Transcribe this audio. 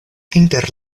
inter